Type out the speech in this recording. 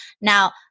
Now